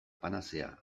panazea